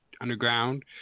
underground